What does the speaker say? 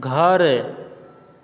घर